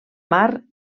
mar